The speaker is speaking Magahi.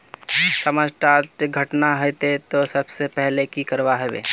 समाज डात घटना होते ते सबसे पहले का करवा होबे?